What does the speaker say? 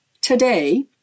today